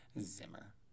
Zimmer